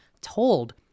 told